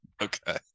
Okay